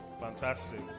Fantastic